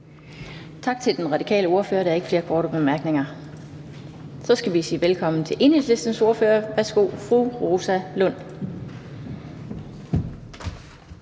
Tak til den radikale ordfører. Der er ikke flere korte bemærkninger. Så skal vi sige velkommen til Enhedslistens ordfører. Værsgo, fru Rosa Lund.